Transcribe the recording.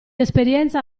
esperienza